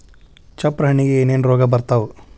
ಚಪ್ರ ಹಣ್ಣಿಗೆ ಏನೇನ್ ರೋಗ ಬರ್ತಾವ?